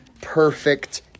perfect